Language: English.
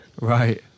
Right